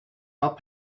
not